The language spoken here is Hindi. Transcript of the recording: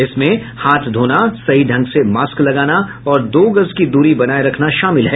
इसमें हाथ धोना सही ढंग से मास्क लगाना और दो गज की दूरी बनाए रखना शामिल है